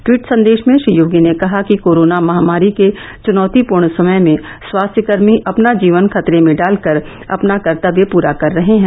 tweet संदेश में श्री योगी ने कहा कि कोरोना महामारी के चुनौतीपूर्ण समय में स्वास्थ्यकर्मी अपना जीवन खतरे में डालकर अपना कर्तव्य पूरा कर रहे हैं